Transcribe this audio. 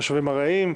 תושבים ארעיים,